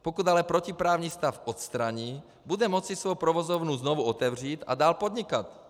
Pokud ale protiprávní stav odstraní, bude moci svou provozovnu znovu otevřít a dál podnikat.